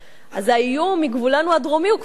אז האיום מגבולנו הדרומי הוא כבר מזמן